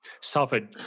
suffered